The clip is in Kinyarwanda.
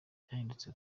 byahindutse